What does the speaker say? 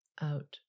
out